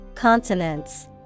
Consonants